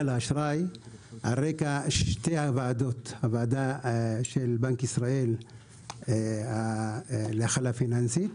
לאשראי על רקע שתי הוועדות הוועדה של בנק ישראל להכלה פיננסית,